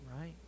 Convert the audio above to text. right